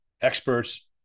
experts